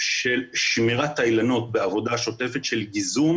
של שמירת האילנות בעבודה השוטפת של גיזום,